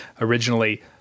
originally